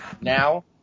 Now